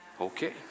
okay